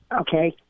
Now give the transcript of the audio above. Okay